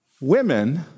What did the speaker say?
Women